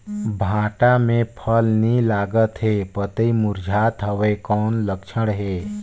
भांटा मे फल नी लागत हे पतई मुरझात हवय कौन लक्षण हे?